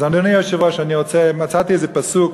אז, אדוני היושב-ראש, מצאתי איזה פסוק